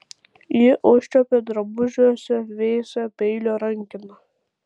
ji užčiuopė drabužiuose vėsią peilio rankeną